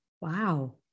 Wow